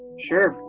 sure.